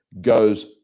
goes